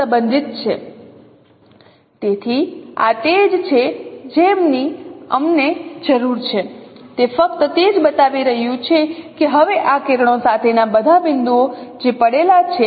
તેથી આ તે જ છે જેની અમને જરૂર છે તે ફક્ત તે જ બતાવી રહ્યું છે કે હવે આ કિરણો સાથેના બધા બિંદુઓ જે ત્યાં પડેલા છે